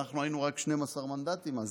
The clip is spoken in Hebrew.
אנחנו היינו רק 12 מנדטים אז,